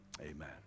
Amen